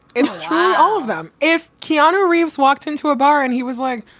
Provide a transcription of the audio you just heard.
it's try all of them. if keanu reeves walked into a bar and he was like,